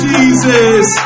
Jesus